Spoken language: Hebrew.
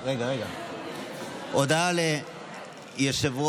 אני קובע שהצעת חוק הרבנות הראשית לישראל (הארכת